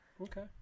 Okay